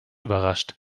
überrascht